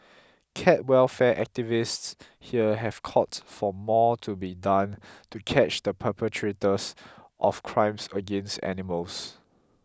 cat welfare activists here have called for more to be done to catch the perpetrators of crimes against animals